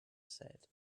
said